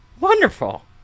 wonderful